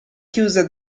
chiusa